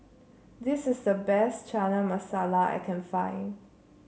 this is the best Chana Masala I can find